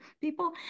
people